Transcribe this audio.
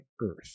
earth